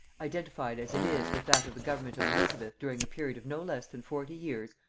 identified as it is with that of the government of elizabeth during a period of no less than forty years,